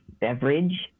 beverage